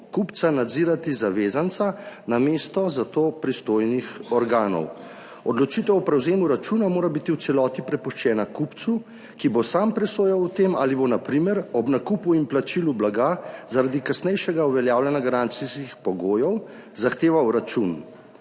kupca nadzirati zavezanca, namesto za to pristojnih organov. Odločitev o prevzemu računa mora biti v celoti prepuščena kupcu, ki bo sam presojal o tem, ali bo, na primer, ob nakupu in plačilu blaga zaradi kasnejšega uveljavljanja garancijskih pogojev zahteval račun.